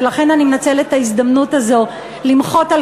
ולכן אני מנצלת את ההזדמנות הזאת למחות על